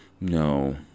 No